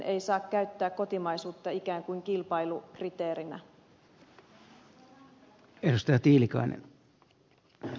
ei saa käyttää kotimaisuutta ikään kuin kilpailukriteerinä